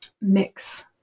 mix